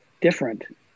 different